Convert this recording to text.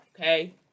okay